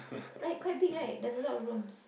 right quite big likes a lot of rooms